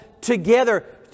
together